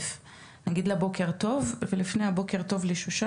נגיד לה בוקר טוב ואתן לה לדבר תכף,